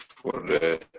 for the